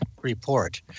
report